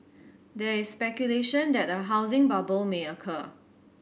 there is speculation that a housing bubble may occur